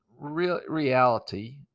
reality